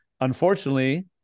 unfortunately